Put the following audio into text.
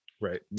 Right